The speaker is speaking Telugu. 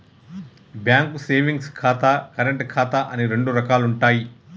బ్యేంకు సేవింగ్స్ ఖాతా, కరెంటు ఖాతా అని రెండు రకాలుంటయ్యి